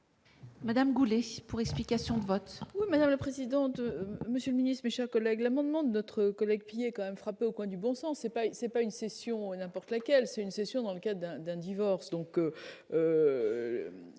Madame Goulet pour explication de vote. Madame la présidente, monsieur ministre, mes chers collègues, l'amendement de notre collègue qui est quand même frappé au coin du bon sens, c'est pas, c'est pas une session n'importe laquelle, c'est une session dans le cas d'un d'un divorce,